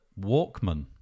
walkman